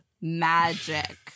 magic